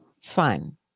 Fine